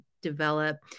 develop